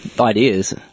ideas